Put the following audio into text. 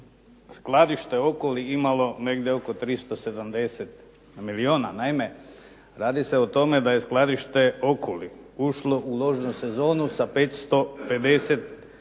skladište Okoli imalo negdje oko 370 milijuna. Naime, radi se o tome da je skladište Okoli ušlo u ložnu sezonu sa 550 milijuna